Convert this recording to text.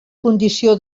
condició